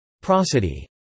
Prosody